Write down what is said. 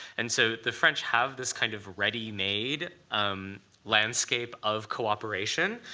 and so the french have this kind of ready-made um landscape of cooperation.